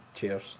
Cheers